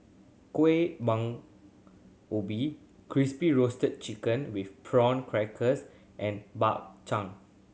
kueh bang ubi Crispy Roasted Chicken with Prawn Crackers and Bak Chang